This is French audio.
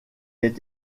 est